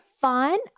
fun